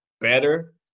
better